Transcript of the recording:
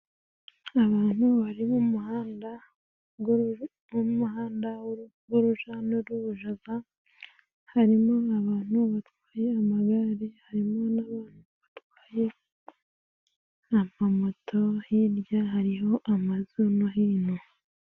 Abantu bari mumuhanda ;umuhanda w'uruja n'uruza harimo abantu batwaye amagare, harimo n'abantu batwaye amamoto hirya hariho amazu no hino.